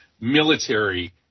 military